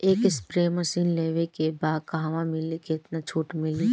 एक spray machine लेवे के बा कहवा मिली केतना छूट मिली?